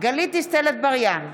גלית דיסטל אטבריאן,